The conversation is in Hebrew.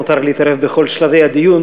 מותר להתערב בכל שלבי הדיון.